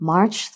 March